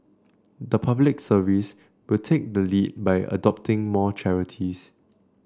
the Public Service will take the lead by adopting more charities